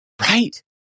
Right